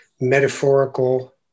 metaphorical